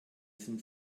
sind